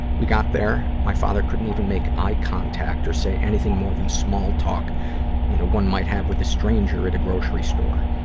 we got there. my father couldn't even make eye contact or say anything more than small talk that you know one might have with a stranger at a grocery store.